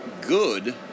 good